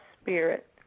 spirit